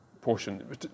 portion